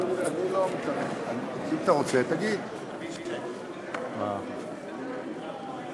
בבקשה, יושב-ראש ועדת הכלכלה, חבר הכנסת אבישי